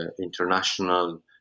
international